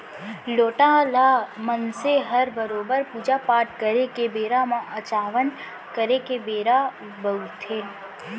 लोटा ल मनसे हर बरोबर पूजा पाट करे के बेरा म अचावन करे के बेरा बउरथे